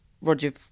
Roger